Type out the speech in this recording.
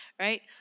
right